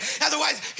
otherwise